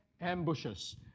ambushes